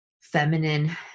feminine